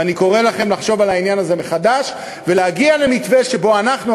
ואני קורא לכם לחשוב על העניין הזה מחדש ולהגיע למתווה שבו אנחנו,